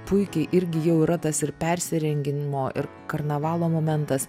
puikiai irgi jau yra tas ir persirengimo ir karnavalo momentas